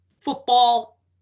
football